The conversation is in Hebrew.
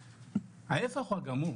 ההפך הוא הנכון,